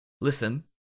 listen